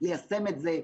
ליישם את זה.